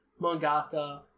mangaka